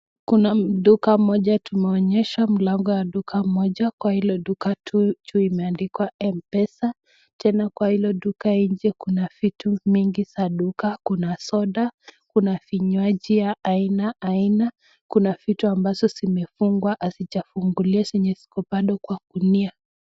Kuna duka moja tumeonyeshwa mlango ya duka moja, kwa hiyo duka juu imeandikwa Mpesa, tena kwa hiyo duka nje kuna vitu mingi za duka, kuna soda, kuna vinywaji ya aina aina, kuna vitu ambazo zimefungwa hazijafunguliwa, zenye ziko bado kwa gunia.